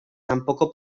tampoco